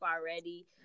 already